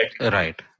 Right